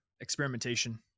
Experimentation